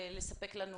ולספק לנו